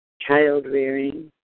child-rearing